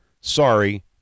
Sorry